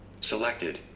selected